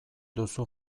duzu